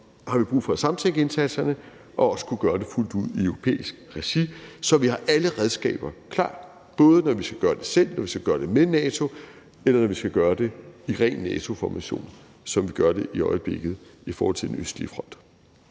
har vi brug for at samtænke indsatserne og også kunne gøre det fuldt ud i europæisk regi, så vi har alle redskaber klar, både når vi skal gøre det selv, når vi skal gøre det med NATO, og når vi skal gøre det i ren NATO-formation, som vi gør det i øjeblikket i forhold til den østlige front.